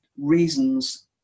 reasons